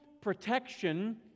protection